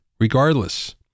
regardless